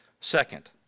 Second